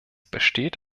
besteht